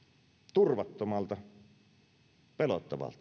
turvattomalta pelottavalta